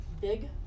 Big